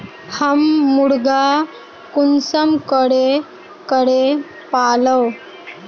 हम मुर्गा कुंसम करे पालव?